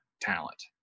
talent